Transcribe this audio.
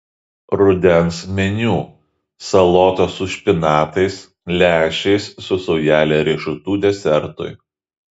rudens meniu salotos su špinatais lęšiai su saujele riešutų desertui